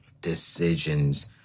decisions